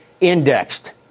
indexed